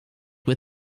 with